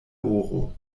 oro